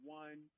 one